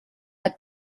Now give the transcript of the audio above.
had